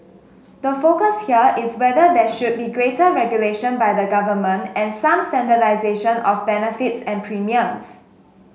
the focus here is whether there should be greater regulation by the government and some standardisation of benefits and premiums